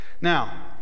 Now